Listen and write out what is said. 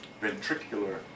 ventricular